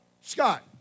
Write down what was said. Scott